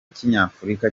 kinyafurika